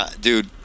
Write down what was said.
dude